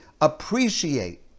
appreciate